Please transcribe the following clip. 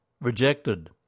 rejected